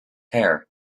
hair